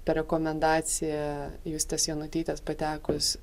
ta rekomendacija justės jonutytės patekus